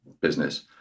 business